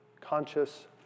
conscious